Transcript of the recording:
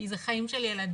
כי זה חיים של ילדים,